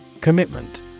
Commitment